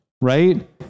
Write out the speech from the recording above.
right